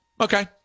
Okay